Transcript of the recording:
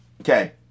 Okay